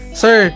sir